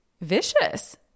vicious